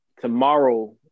tomorrow